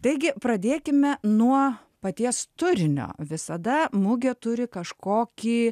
taigi pradėkime nuo paties turinio visada mugė turi kažkokį